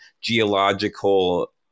geological